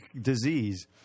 disease